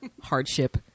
hardship